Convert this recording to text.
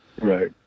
Right